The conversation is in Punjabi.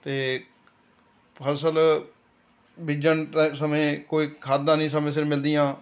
ਅਤੇ ਫਸਲ ਬੀਜਣ ਦੇ ਸਮੇਂ ਕੋਈ ਖਾਦਾਂ ਨਹੀਂ ਸਮੇਂ ਸਿਰ ਮਿਲਦੀਆਂ